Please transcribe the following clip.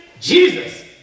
Jesus